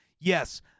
yes